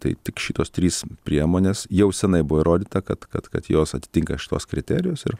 tai tik šitos trys priemonės jau senai buvo įrodyta kad kad kad jos atitinka šituos kriterijus ir